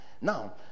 Now